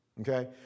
Okay